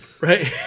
Right